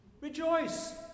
rejoice